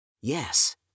Yes